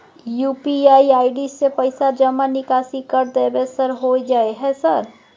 UPI ID से पैसा जमा निकासी कर देबै सर होय जाय है सर?